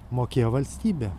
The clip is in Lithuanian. mokėjo valstybė